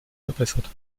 verbessert